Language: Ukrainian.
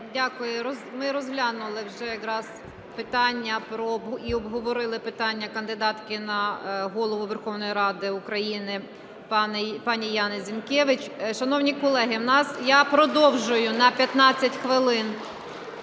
дякую. Ми розглянули вже якраз питання і обговорили питання кандидатки на Голову Верховної Ради України пані Яни Зінкевич. Шановні колеги, я продовжую на 15 хвилин